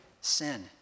sin